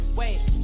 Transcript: wait